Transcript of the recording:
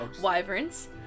wyverns